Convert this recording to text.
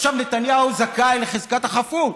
עכשיו, נתניהו זכאי לחזקת החפות,